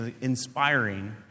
inspiring